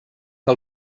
que